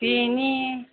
बिनि